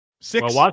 six